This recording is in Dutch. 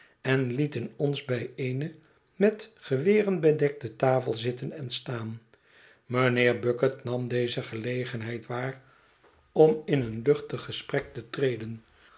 en lieten ons bij eene met geweren bedekte tafel zitten en staan mijnheer bucket nam deze gelegenheid waar om in een luchtig gesprek te treden